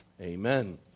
Amen